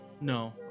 No